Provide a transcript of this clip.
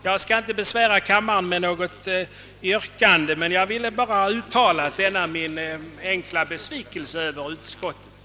Jag skall inte nu besvära kammaren med något säryrkande utan har bara velat uttala denna min besvikelse över utskottets utlåtande.